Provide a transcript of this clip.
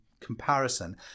comparison